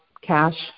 cash